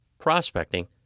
prospecting